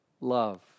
Love